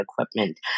equipment